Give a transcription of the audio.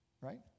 Right